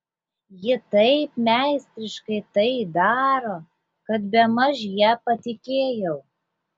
ji taip meistriškai tai daro kad bemaž ja patikėjau